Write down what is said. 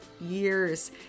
years